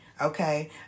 Okay